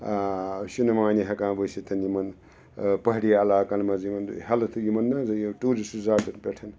شنہٕ مانہِ ہٮ۪کان ؤسِتھن یِمَن پہٲڑی علاقَن منٛز یِمَن ہیٚلتھٕ یِمَن نہ حظ یہِ ٹیوٗرِسٹ زاٹَن پٮ۪ٹھ